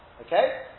Okay